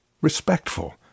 respectful